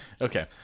Okay